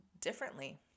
differently